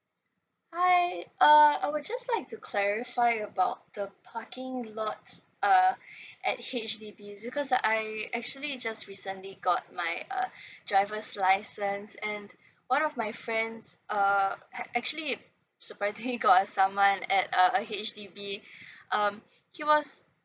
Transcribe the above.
hi uh I would just like to clarify about the parking lots uh at H_D_B because I actually just recently got my uh driver's license and one of my friends uh actually surprisingly he got a saman at uh a H_D_B um he was